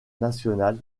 national